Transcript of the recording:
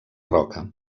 roca